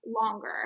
longer